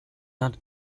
not